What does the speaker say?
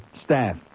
staff